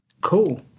Cool